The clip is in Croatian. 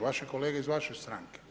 Vaše kolege iz vaše stranke.